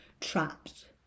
trapped